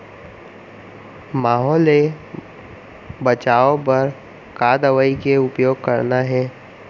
माहो ले बचाओ बर का दवई के उपयोग करना हे?